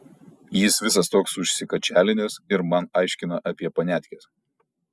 jis visas toks užsikačialinęs ir man aiškina apie paniatkes